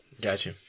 Gotcha